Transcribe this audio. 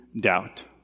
doubt